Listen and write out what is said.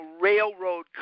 railroad